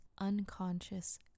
unconscious